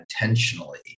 intentionally